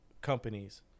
companies